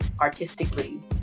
artistically